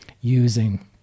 using